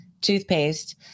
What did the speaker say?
toothpaste